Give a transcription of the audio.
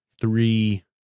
three